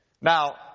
Now